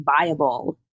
viable